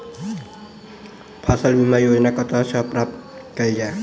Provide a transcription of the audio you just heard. फसल बीमा योजना कतह सऽ प्राप्त कैल जाए?